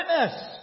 witness